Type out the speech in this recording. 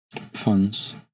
funds